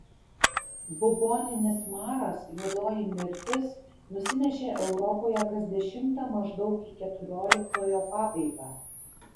buboninis maras juodoji mirtis nusinešė europoje kas dešimtą maždaug į keturioliktojo pabaigą